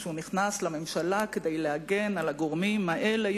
שהוא נכנס לממשלה כדי להגן על הגורמים האלה,